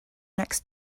next